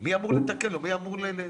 מי אמור לתקן להם?